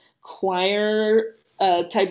choir-type